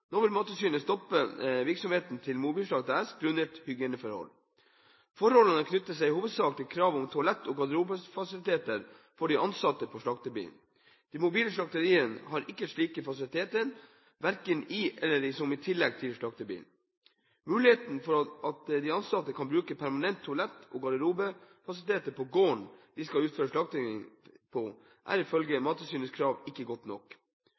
Nå vil Mattilsynet stoppe virksomheten til Mobilslakt AS grunnet hygieneforhold. Forholdene knytter seg i hovedsak til krav om toalett og garderobefasiliteter for de ansatte på slaktebilen. De mobile slakteriene har ikke slike fasiliteter, verken i eller som tillegg til slaktebilen. At de ansatte kan bruke permanente toalett og garderobefasiliteter på gården de skal utføre slaktingen på, er ifølge Mattilsynets krav ikke godt nok.